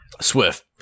Swift